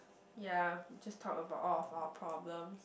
yeah just talk about all of our problem